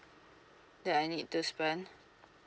that I need to spend